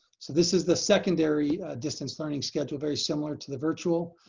so this is the secondary distance learning schedule, very similar to the virtual,